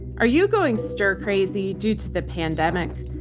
are you going stir-crazy due to the pandemic?